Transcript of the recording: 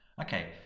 Okay